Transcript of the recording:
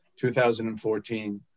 2014